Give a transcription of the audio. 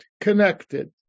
connected